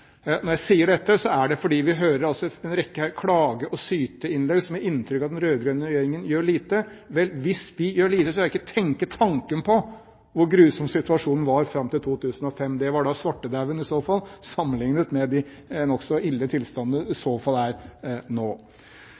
Når jeg sier dette, er det fordi vi her hører en rekke klage- og syteinnlegg som gir inntrykk av at den rød-grønne regjeringen gjør lite. Vel, hvis vi gjør lite, tør jeg ikke tenke tanken på hvor grusom situasjonen var fram til 2005. Det var svartedauden i så fall, sammenlignet med de nokså ille tilstandene det er nå.